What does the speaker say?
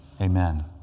Amen